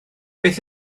beth